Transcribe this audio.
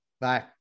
Bye